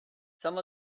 some